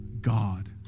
God